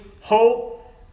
hope